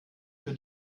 für